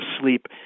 sleep